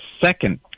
second